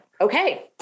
okay